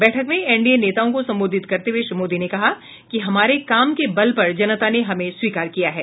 बैठक में एनडीए नेताओं को संबोधित करते हुए श्री मोदी ने कहा कि हमारे काम के बल पर जनता ने हमें स्वीकार किया है